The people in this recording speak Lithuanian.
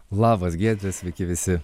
labas giedre sveiki visi